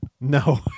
No